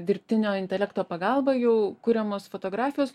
dirbtinio intelekto pagalba jau kuriamos fotografijos